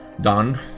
done